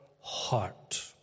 heart